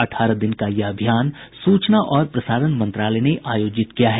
अठारह दिन का यह अभियान सूचना और प्रसारण मंत्रालय ने आयोजित किया है